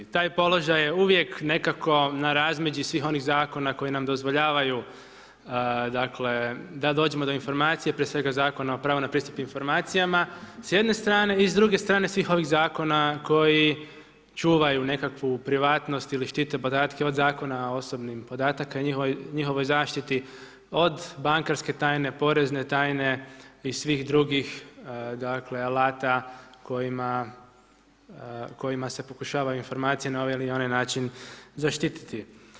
Taj položaj je uvijek nekako na razmeđi svih onih Zakona koji nam dozvoljavaju, dakle, da dođemo do informacije, prije svega, Zakon o pravu na pristup informacijama s jedne strane i s druge strane svih ovih zakona koji čuvaju nekakvu privatnost ili štite podatke od Zakona osobnih podataka i njihovoj zaštiti, od bankarske tajne, porezne tajne i svih drugih, dakle, alata, kojima se pokušavaju informacije na ovaj ili onaj način zaštititi.